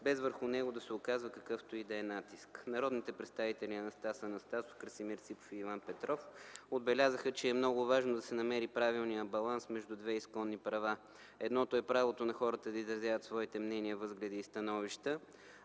без върху него да се оказва какъвто и да е натиск. Народните представители Анастас Анастасов, Красимир Ципов и Иван Петров отбелязаха, че е много важно да се намери правилният баланс между две изконни права. Едното е правото на хората да изразяват своите мнения, възгледи и становища,